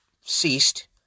ceased